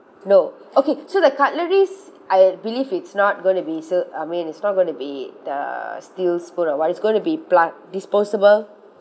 no okay so the cutleries I believe it's not gonna be so I mean it's not gonna be the steels food or what it's gonna be pla~ disposable